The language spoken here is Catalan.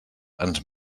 ens